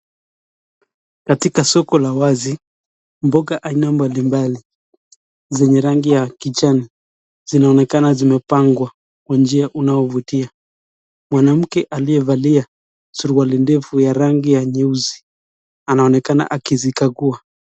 Katika soko la wazi, mboga aina mbalimbali, zenye rangi ya kijani, zinaonekana zimepangwa kwa njia unayo vutia, mwanamke aliyevalia, surwali ndefu ya rangi ya nyeuzi anaonekana akizikagua.